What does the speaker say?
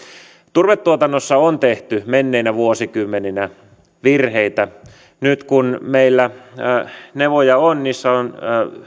turvetuotannossa on tehty menneinä vuosikymmeninä virheitä nyt kun meillä nevoja on niissä on